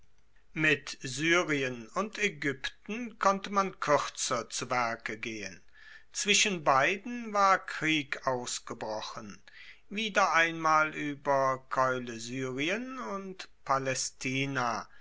mit syrien und aegypten konnte man kuerzer zu werke gehen zwischen beiden war krieg ausgebrochen wieder einmal ueber koilesyrien und palaestina